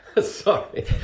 Sorry